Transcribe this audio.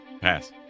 Pass